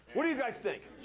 what do you guys think?